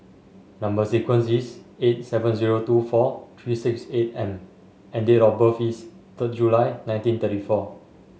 number sequence is eight seven zero two four three six eight M and date of birth is third July nineteen thirty four